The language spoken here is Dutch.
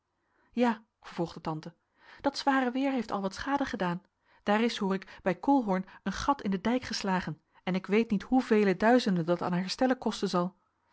ja vervolgde tante dat zware weer heeft al wat schade gedaan daar is hoor ik bij colhorn een gat in den dijk geslagen en ik weet niet hoe vele duizenden dat aan herstellen kosten zal